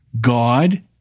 God